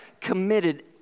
committed